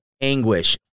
anguish